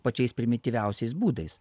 pačiais primityviausiais būdais